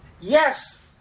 yes